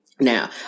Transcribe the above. Now